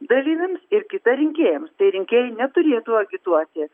dalyviams ir kita rinkėjams tai rinkėjai neturėtų agituoti